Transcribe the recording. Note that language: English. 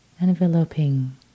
enveloping